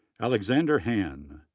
alexander han,